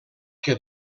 que